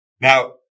Now